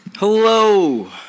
Hello